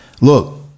look